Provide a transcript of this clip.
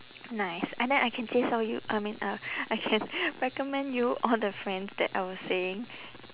nice and then I can 介绍 you I mean uh I can recommend you all the friends that I was saying